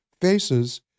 faces